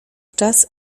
czas